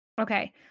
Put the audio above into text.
okay